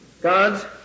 God's